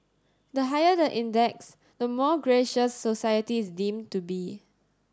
the higher the index the more gracious society is deemed to be